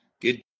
Good